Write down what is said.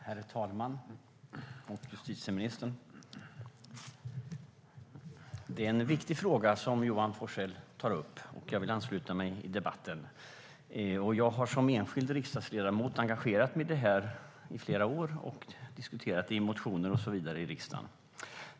Herr talman och justitieministern! Det är en viktig fråga Johan Forssell tar upp, och jag vill ansluta mig till debatten. Jag har som enskild riksdagsledamot engagerat mig i detta i flera år; jag har diskuterat det i motioner till riksdagen och så vidare.